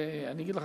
אני אגיד לך,